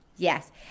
Yes